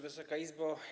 Wysoka Izbo!